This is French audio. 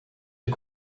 est